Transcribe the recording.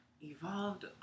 evolved